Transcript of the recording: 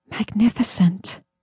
Magnificent